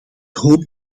hoop